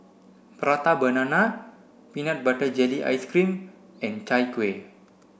prata banana peanut butter jelly ice cream and Chai Kueh